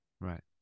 Right